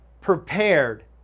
prepared